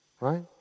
right